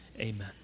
Amen